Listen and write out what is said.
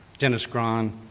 dennis grahn,